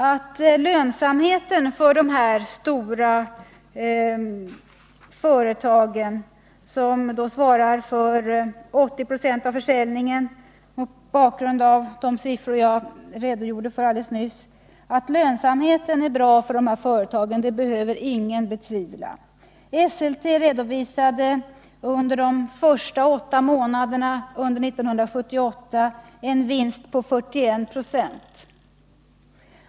Att lönsamheten för de stora företag som svarar för 80 96 av försäljningen är god behöver ingen betvivla mot bakgrund av de siffror jag nyss redogjort för. Esselte redovisar för de första åtta månaderna under 1978 en vinst på 41 96.